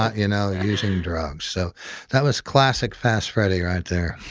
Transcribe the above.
you know, using drugs. so that was classic fast freddie right there.